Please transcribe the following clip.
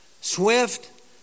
Swift